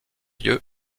lieu